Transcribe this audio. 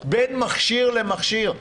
בין מכשיר למכשיר.